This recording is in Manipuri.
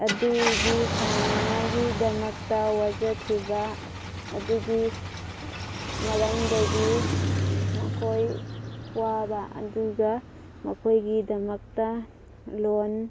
ꯑꯗꯨꯒꯤ ꯊꯥꯅꯤꯉꯥꯏꯒꯤꯗꯃꯛꯇ ꯋꯥꯖꯈꯤꯕ ꯑꯗꯨꯒꯤ ꯃꯔꯝꯗꯒꯤ ꯃꯈꯣꯏ ꯋꯥꯕ ꯑꯗꯨꯒ ꯃꯈꯣꯏꯒꯤꯗꯃꯛꯇ ꯂꯣꯟ